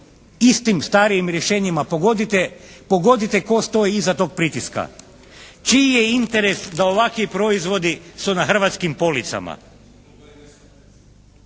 istim starijim rješenjima. Pogodite tko stoji iza tog pritiska? Čiji je interes da ovakvi proizvodi su na hrvatskim policama?